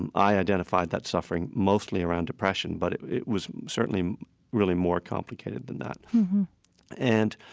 and i identified that suffering mostly around depression, but it it was certainly really more complicated than that and,